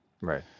Right